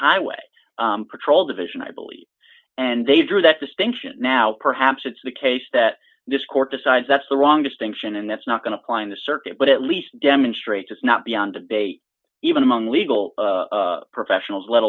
highway patrol division i believe and they drew that distinction now perhaps it's the case that this court decides that's the wrong distinction and that's not going to fly in the circuit but at least demonstrates it's not beyond debate even among legal professionals let